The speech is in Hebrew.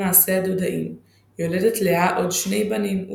וזו אכן יולדת שני בנים,